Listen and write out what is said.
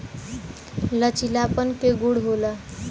लचीलापन के गुण होला